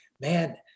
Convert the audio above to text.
man